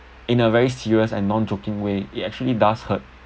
in a very serious and non joking way it actually does hurt